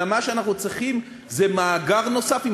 אלא מה שאנחנו צריכים זה מאגר נוסף עם